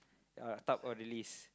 yeah top all the list